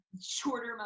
shorter